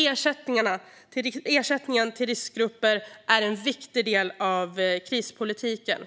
Ersättningen till riskgrupper är en viktig del av krispolitiken.